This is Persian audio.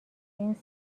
این